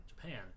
Japan